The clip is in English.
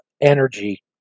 energy